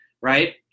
Right